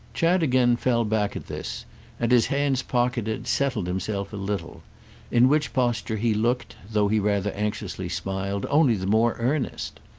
chad again fell back at this and, his hands pocketed, settled himself a little in which posture he looked, though he rather anxiously smiled, only the more earnest.